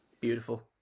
Beautiful